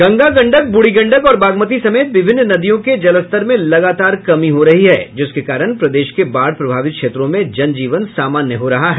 गंगा गंडक बूढ़ी गंडक और बागमती समेत विभिन्न नदियों के जलस्तर में लगातार कमी हो रही है जिसके कारण प्रदेश के बाढ़ प्रभावित क्षेत्रों में जनजीवन सामान्य हो रहा है